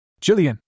Jillian